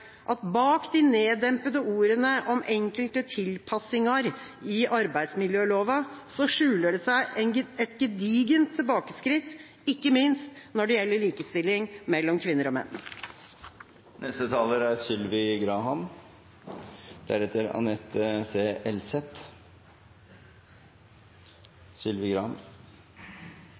at bak de neddempede ordene om «enkelte tilpassingar i arbeidsmiljølova» skjuler det seg et gedigent tilbakeskritt, ikke minst når det gjelder likestilling mellom kvinner og